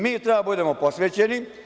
Mi treba da budemo posvećeni.